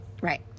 right